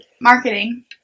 marketing